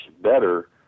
better